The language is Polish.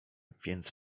więc